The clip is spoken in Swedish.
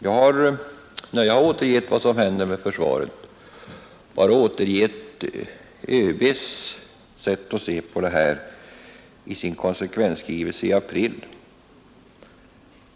Jag har, när jag sagt vad som händer med försvaret, bara återgett överbefälhavarens sätt att se på det här i sin konsekvensskrivelse i april.